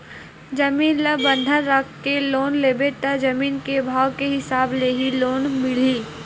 जमीन ल बंधक राखके लोन लेबे त जमीन के भाव के हिसाब ले ही लोन मिलही